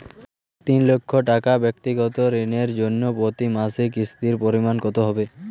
তিন লক্ষ টাকা ব্যাক্তিগত ঋণের জন্য প্রতি মাসে কিস্তির পরিমাণ কত হবে?